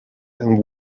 and